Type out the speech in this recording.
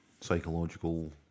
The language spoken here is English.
psychological